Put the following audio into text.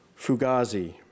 Fugazi